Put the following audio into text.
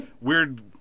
weird